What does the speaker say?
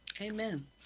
Amen